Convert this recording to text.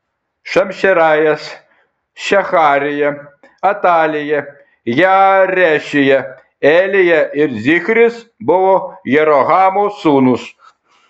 šamšerajas šeharija atalija jaarešija elija ir zichris buvo jerohamo sūnūs